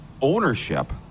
ownership